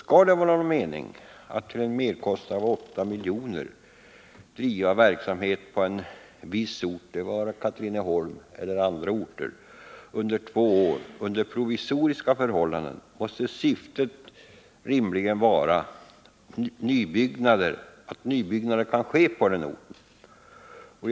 Skall det vara någon mening med att till en merkostnad av 8 miljoner driva verksamhet på en viss ort — det må vara Katrineholm eller andra orter — i två år under provisoriska förhållanden, så måste syftet rimligen vara att nybyggnation kan ske på den orten.